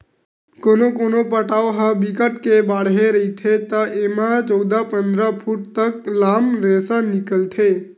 कोनो कोनो पटवा ह बिकट के बाड़हे रहिथे त एमा चउदा, पंदरा फूट तक लाम रेसा निकलथे